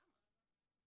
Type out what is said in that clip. למה?